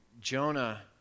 Jonah